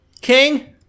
King